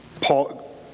Paul